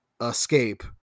escape